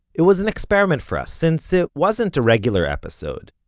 it was an experiment for us, since it wasn't a regular episode.